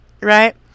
Right